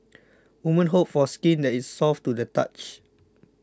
women hope for skin that is soft to the touch